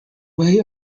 way